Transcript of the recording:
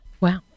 Wow